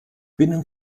binnen